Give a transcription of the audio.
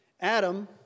Adam